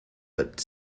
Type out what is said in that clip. but